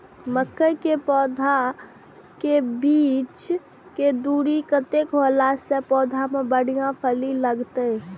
मके के पौधा के बीच के दूरी कतेक होला से पौधा में बढ़िया फली लगते?